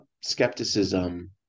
skepticism